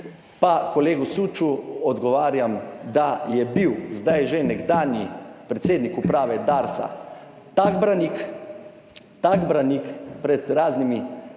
Pa kolegu Süču odgovarjam, da je bil zdaj že nekdanji predsednik uprave Darsa tak branik pred raznimi